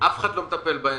אף אחד לא מטפל בהם.